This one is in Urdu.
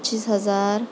پچیس ہزار